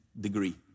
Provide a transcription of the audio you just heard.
degree